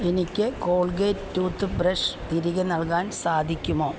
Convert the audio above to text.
എനിക്ക് Colgate tooth brush തിരികെ നൽകാൻ സാധിക്കുമോ